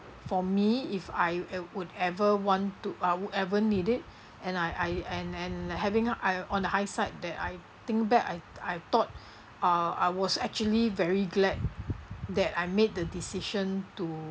for me if I e~ would ever want to uh would ever need it and I I and and having I on the high side that I think back I I thought uh I was actually very glad that I made the decision to